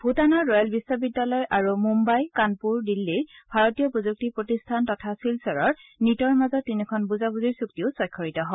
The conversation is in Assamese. ভূটানৰ ৰয়েল বিধ্ববিদ্যালয় আৰু মুম্বাই কানপুৰ দিল্লীৰ ভাৰতীয় প্ৰযুক্তি প্ৰতিষ্ঠান তথা শিলচৰৰ নিটৰ মাজত তিনিখন বুজাবুজিৰ চুক্তিও স্বাক্ষৰিত হয়